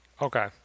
Okay